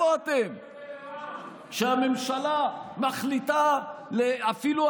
איפה אתם כשהממשלה מחליטה אפילו,